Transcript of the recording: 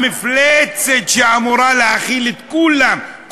המפלצת שאמורה להכיל את כולם,